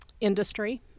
Industry